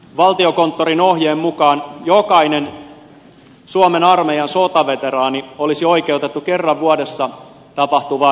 valtiokonttorin ohjeen mukaan jokainen suomen armeijan sotaveteraani olisi oikeutettu kerran vuodessa tapahtuvaan kuntoutukseen